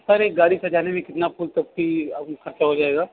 sir एक गाड़ी सजाने में कितना फूल तब भी आपका ख़र्चा हो जाएगा